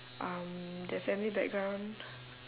um their family background